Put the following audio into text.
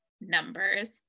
numbers